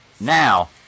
now